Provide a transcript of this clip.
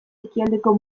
ekialdeko